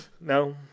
No